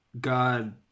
god